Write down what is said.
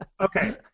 Okay